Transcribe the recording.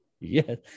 Yes